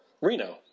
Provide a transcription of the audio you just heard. Reno